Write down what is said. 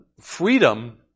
Freedom